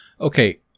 Okay